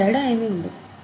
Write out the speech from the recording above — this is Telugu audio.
పెద్ద తేడా ఏమి ఉండదు